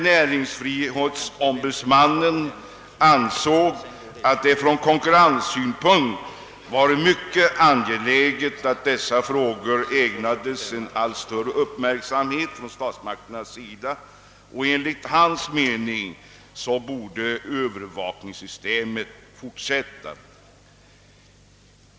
<Näringsfrihetsombudsmannen ansåg emellertid att det från konkurrenssynpunkt var mycket angeläget att dessa frågor ägnades en allt större uppmärksamhet av statsmakterna, och enligt hans mening borde övervakningssystemet fortsätta.